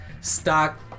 stock